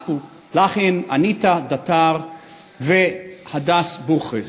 אניטה דאטאר והדס בוכריס,